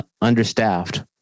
understaffed